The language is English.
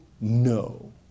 no